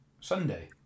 Sunday